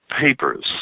papers